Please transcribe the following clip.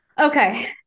Okay